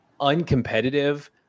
uncompetitive